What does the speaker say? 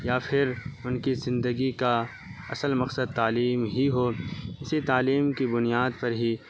یا پھر ان کی زندگی کا اصل مقصد تعلیم ہی ہو اسی تعلیم کی بنیاد پر ہی